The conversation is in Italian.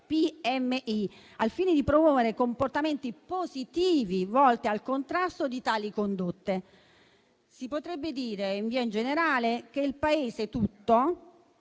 PMI, al fine di promuovere comportamenti positivi volti al contrasto di tali condotte. Si potrebbe dire, in via in generale, che il Paese tutto